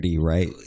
right